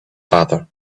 father